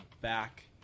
back